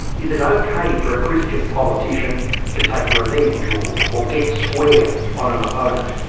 is it okay for a christian politician to take revenge, or or get square on an opponent?